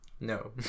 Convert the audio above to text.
No